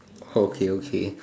okay okay